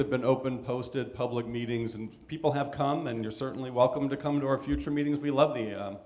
have been open posted public meetings and people have come and you're certainly welcome to come to our future meetings we love the